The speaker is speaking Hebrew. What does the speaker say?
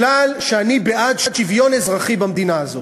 כי אני בעד שוויון אזרחי במדינה הזאת.